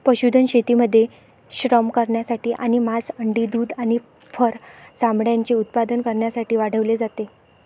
पशुधन शेतीमध्ये श्रम करण्यासाठी आणि मांस, अंडी, दूध आणि फर चामड्याचे उत्पादन करण्यासाठी वाढवले जाते